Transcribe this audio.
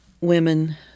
women